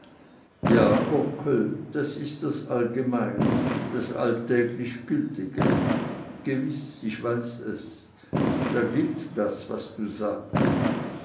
ja onkel das ist das allgemeine das alltäglich gültige gewiß ich weiß es da gilt das was du sagst